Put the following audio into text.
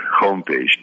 homepage